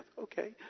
Okay